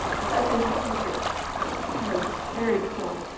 and that's interesting too, so it's kind of very cool.